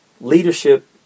leadership